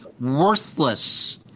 worthless